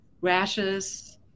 rashes